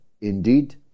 indeed